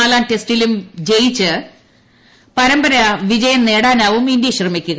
നാലാം ടെസ്റ്റിലും ജയിച്ച് പരമ്പര വിജയം നേടാനാവും ഇന്ത്യ ശ്രമിക്കുക